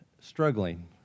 struggling